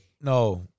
no